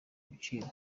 ibiciro